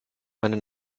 meine